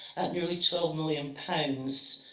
at nearly twelve million pounds,